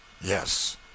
Yes